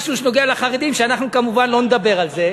משהו שנוגע לחרדים, שאנחנו כמובן לא נדבר על זה.